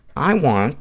i want